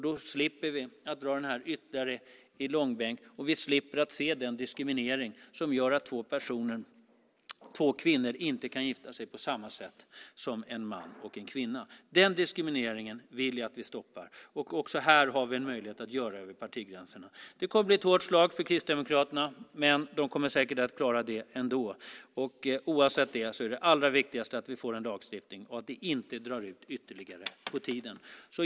Då slipper vi dra frågan ytterligare i långbänk, och vi slipper se den diskriminering som gör att två personer - två kvinnor - inte kan gifta sig på samma sätt som en man och en kvinna. Den diskrimineringen vill jag att vi stoppar. Också här har vi över partigränserna möjlighet att göra detta. Detta kommer att bli ett hårt slag för Kristdemokraterna, men de kommer säkert att klara det ändå. Oavsett det är det allra viktigaste att vi får en lagstiftning och att arbetet inte drar ut ytterligare på tiden.